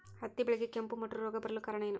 ಹತ್ತಿ ಬೆಳೆಗೆ ಕೆಂಪು ಮುಟೂರು ರೋಗ ಬರಲು ಕಾರಣ?